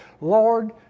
Lord